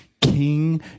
King